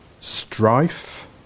strife